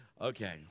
okay